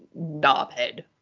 knobhead